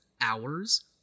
hours